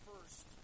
first